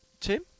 Tim